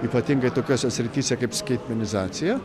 ypatingai tokiose srityse kaip skaitmenizacija